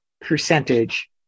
percentage